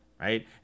right